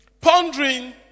Pondering